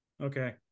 okay